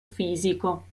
fisico